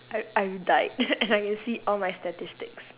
I I've died and I can see all my statistics